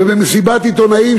ובמסיבת עיתונאים,